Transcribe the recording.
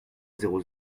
zéro